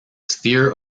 sphere